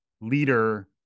leader